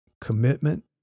commitment